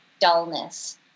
dullness